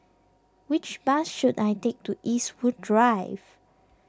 which bus should I take to Eastwood Drive